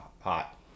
Hot